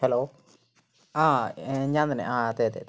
hello ആ ഞാൻ തന്നെ ആ അതെ അതെ